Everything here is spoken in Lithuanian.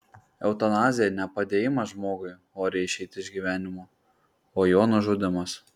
eutanazija ne padėjimas žmogui oriai išeiti iš gyvenimo o jo nužudymas